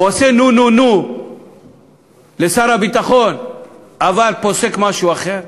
הוא עושה נו-נו-נו לשר הביטחון אבל פוסק משהו אחר?